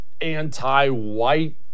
anti-white